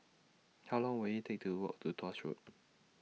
How Long Will IT Take to Walk to Tuas Road